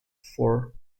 for